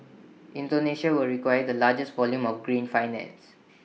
Indonesia will require the largest volume of green finance